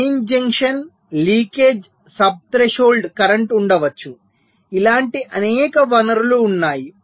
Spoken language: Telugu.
drain junction leakage sub threshold current ఉండవచ్చు ఇలాంటి అనేక వనరులు ఉన్నాయి